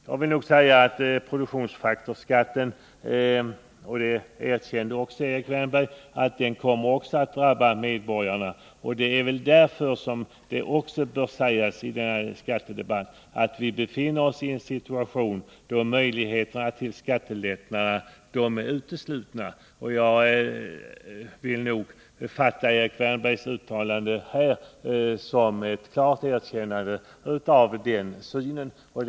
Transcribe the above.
Jag vill också säga att produktionsfaktorsskatten — det erkände också Erik Wärnberg — kommer att drabba medborgarna. Det bör klart uttalas i denna skattedebatt att vi befinner oss i en situation där möjligheterna till skattelättnader är uteslutna. Jag vill uppfatta Erik Wärnbergs uttalande här i dag som ett klart erkännande av det synsättet.